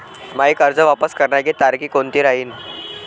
मायी कर्ज वापस करण्याची तारखी कोनती राहीन?